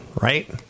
right